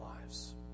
lives